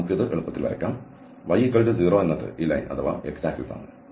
നമുക്ക് ഇത് എളുപ്പത്തിൽ വരയ്ക്കാം y0 എന്നത് ഈ ലൈൻ അഥവാ x ആക്സിസ് ആണ്